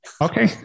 Okay